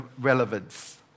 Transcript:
relevance